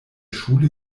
schule